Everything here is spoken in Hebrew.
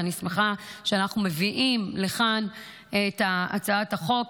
ואני שמחה שאנחנו מביאים לכאן את הצעת החוק